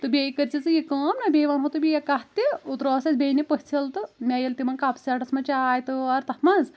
تہٕ بییٚہِ کٔرۍ زِ ژٕ یہِ کٲم نہ بییٚہِ ونہو بہٕ تۄہہ بہٕ یہِ کتھ تہِ اوترٕ ٲسۍ اسہِ بٮ۪نہِ پٔژھٕلۍ تہٕ مےٚ ییٚلہِ تِمن کپ سیٚٹس منٛز چاۓ تٲر تتھ منٛز